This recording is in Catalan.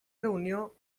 reunió